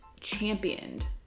championed